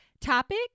topic